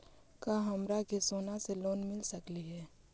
का हमरा के सोना से लोन मिल सकली हे?